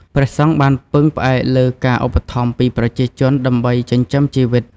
ព្រះសង្ឃបានពឹងផ្អែកលើការឧបត្ថម្ភពីប្រជាជន ដើម្បីចិញ្ចឹមជីវិត។